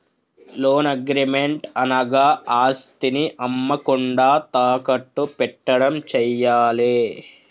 loan agreement అనగా ఆస్తిని అమ్మకుండా తాకట్టు పెట్టడం చేయాలే